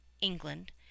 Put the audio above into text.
England